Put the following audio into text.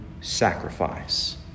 sacrifice